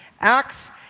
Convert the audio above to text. Acts